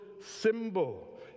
symbol